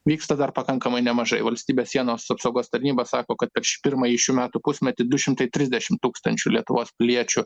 vyksta dar pakankamai nemažai valstybės sienos apsaugos tarnyba sako kad per pirmąjį šių metų pusmetį du šimtai trisdešimt tūkstančių lietuvos piliečių